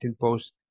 post